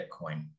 bitcoin